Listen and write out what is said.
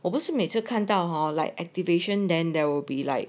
我不是每次看到 hor like activation then there will be like